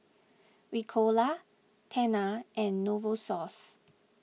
Ricola Tena and Novosource